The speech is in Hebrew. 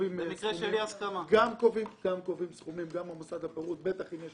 קובעים סכומים, בטח במקרה של אי הסכמה, בטח אם יש